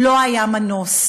לא היה מנוס,